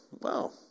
wow